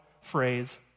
phrase